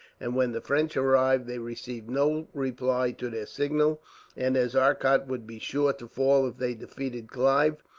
and when the french arrived they received no reply to their signal and as arcot would be sure to fall if they defeated clive,